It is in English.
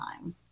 time